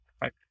right